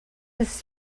his